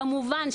כמובן,